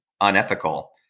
unethical